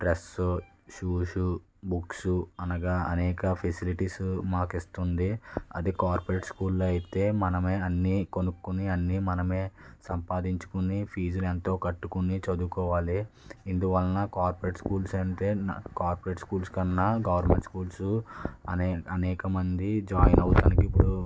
dress shoes books అనగా అనేక facilities మాకు ఇస్తుంది అది కార్పొరేట్ స్కూల్లో అయితే మనమే అన్నీ కొనుక్కొని అన్ని మనమే సంపాదించుకుని ఫీజులు ఎంతో కట్టుకుని చదువుకోవాలి ఇందువలన కార్పొరేటర్ స్కూల్స్ అంటే కార్పొరేట్ స్కూల్స్ కన్నా గవర్నమెంట్ స్కూల్స్ అనే అనేక మంది జాయిన్ అవడానికి ఇప్పుడు